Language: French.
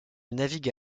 navigue